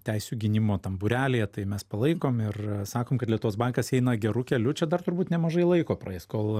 teisių gynimo tam būrelyje tai mes palaikom ir sakome kad lietuvos bankas eina geru keliu čia dar turbūt nemažai laiko praeis kol